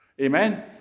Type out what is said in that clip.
Amen